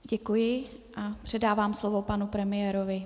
Děkuji a předávám slovo panu premiérovi.